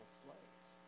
slaves